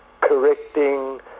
correcting